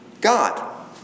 God